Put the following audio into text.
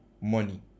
Money